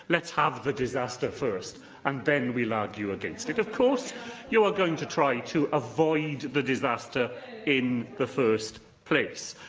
let's have the disaster first and then we'll argue against it of course you are going to try to avoid the disaster in the first place,